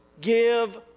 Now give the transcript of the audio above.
give